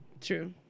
true